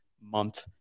month